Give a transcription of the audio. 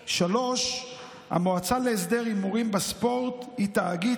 3. המועצה להסדר הימורים בספורט היא תאגיד